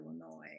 Illinois